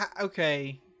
Okay